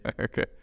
Okay